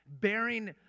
bearing